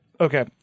Okay